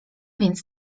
więc